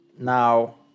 Now